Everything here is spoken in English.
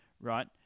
right